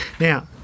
Now